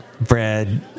bread